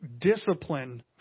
discipline